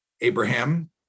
Abraham